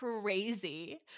crazy